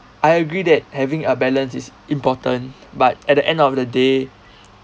I agree that having a balance is important but at the end of the day